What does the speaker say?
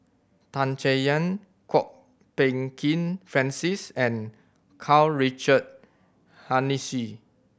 Tan Chay Yan Kwok Peng Kin Francis and Karl Richard Hanitsch